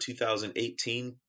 2018